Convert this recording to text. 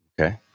Okay